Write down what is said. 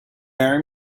marry